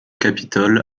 capitol